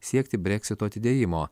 siekti breksito atidėjimo